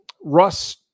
Russ